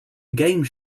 game